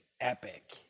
epic